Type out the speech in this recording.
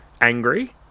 angry